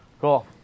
Cool